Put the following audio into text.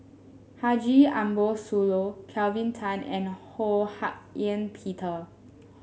Haji Ambo Sooloh Kelvin Tan and Ho Hak Ean Peter